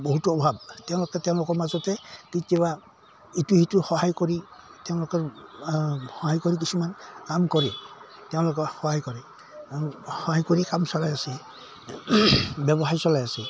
বহুতো অভাৱ তেওঁলোকে তেওঁলোকৰ মাজতে কেতিয়াবা ইটো সিটোৰ সহায় কৰি তেওঁলোকে সহায় কৰি কিছুমান কাম কৰে তেওঁলোকে সহায় কৰে আৰু সহায় কৰি কাম চলাই আছে ব্যৱসায় চলাই আছে